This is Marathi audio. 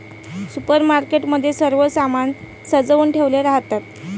सुपरमार्केट मध्ये सर्व सामान सजवुन ठेवले राहतात